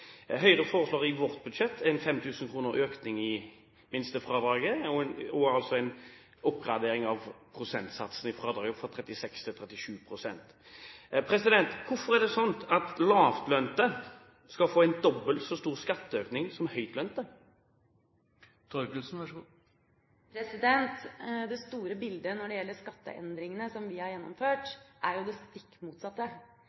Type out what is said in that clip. Høyre foreslår i sitt budsjett 5 000 kr økning i minstefradraget og en oppgradering av prosentsatsen i fradraget fra 36 til 37. Hvorfor er det slik at lavtlønte skal få en dobbelt så stor skatteøkning som høytlønte? Det store bildet når det gjelder de skatteendringene som vi har